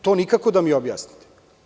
To nikako da mi objasnite.